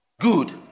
good